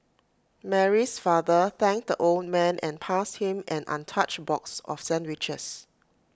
Mary's father thanked the old man and passed him an untouched box of sandwiches